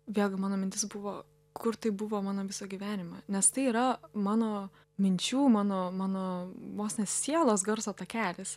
vėlgi mano mintis buvo kur tai buvo mano visą gyvenimą nes tai yra mano minčių mano mano vos ne sielos garso takelis